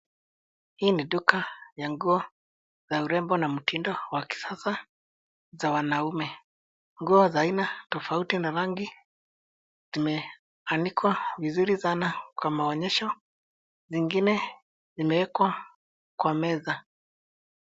Hii ni duka ya nguo la urembo na mtindo wa kisasa za wanaume. Nguo za aina tofauti na rangi zimeanikwa vizuri sana kwa maonyesho, zingine zimewekwa kwa meza.